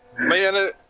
mother